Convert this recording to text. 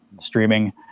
streaming